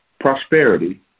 prosperity